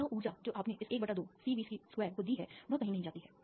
तो यह ऊर्जा जो आपने इस ½CVc2 को दी है वह कहीं नहीं जाती है